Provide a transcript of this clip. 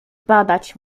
badać